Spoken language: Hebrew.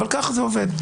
אבל ככה זה עובד.